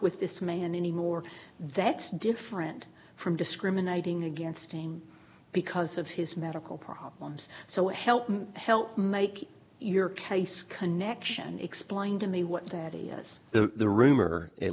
with this man anymore that's different from discriminating against ng because of his medical problems so help me help make your case connection explain to me what data yes the rumor at